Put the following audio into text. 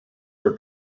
are